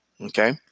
Okay